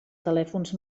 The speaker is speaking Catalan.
telèfons